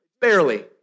barely